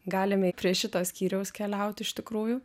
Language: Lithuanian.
galime prie šito skyriaus keliaut iš tikrųjų